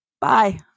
Bye